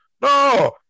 No